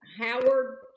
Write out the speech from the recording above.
Howard